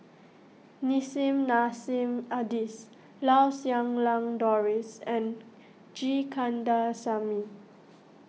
Nissim Nassim Adis Lau Siew Lang Doris and G Kandasamy